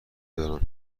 دارم